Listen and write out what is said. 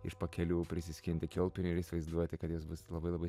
iš pakelių prisiskinti kiaulpienių ir įsivaizduoti kad jos bus labai labai